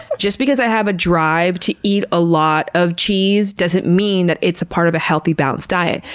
just because i have a drive to eat a lot of cheese doesn't mean that it's a part of a healthy balanced diet.